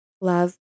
love